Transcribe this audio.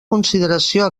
consideració